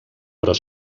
però